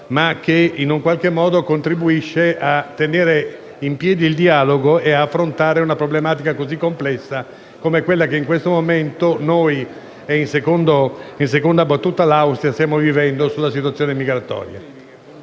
ma che in qualche modo contribuisce a tenere in piedi il dialogo e ad affrontare una problematica così complessa come quella che in questo momento noi (e in seconda battuta l'Austria) stiamo vivendo sulla situazione migratoria.